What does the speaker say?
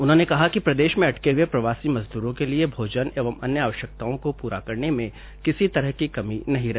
उन्होंने कहा कि प्रदेश में अटके हुए प्रवासी मजदूरों के लिए भोजन एवं अन्य आवश्यकताओं को पूरा करने में किसी तरह की कमी नहीं रहे